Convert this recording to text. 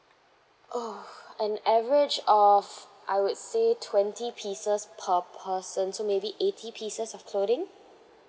oh an average of I would say twenty pieces per person so maybe eighty pieces of clothing